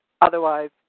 otherwise